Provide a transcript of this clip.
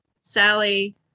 Sally